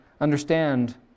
understand